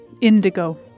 indigo